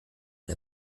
der